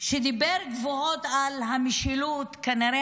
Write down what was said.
שדיבר גבוהה על המשילות, כנראה